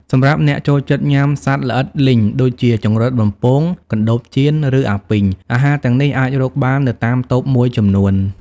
សម្រាប់អ្នកចូលចិត្តញុាំសត្វល្អិតលីង ដូចជា ចង្រិតបំពង កណ្ដូបចៀន ឬអាពីង អាហារទាំងនេះអាចរកបាននៅតាមតូបមួយចំនួន ។